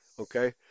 Okay